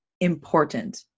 important